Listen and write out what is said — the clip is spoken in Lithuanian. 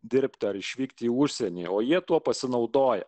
dirbti ar išvykti į užsienį o jie tuo pasinaudoja